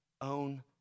own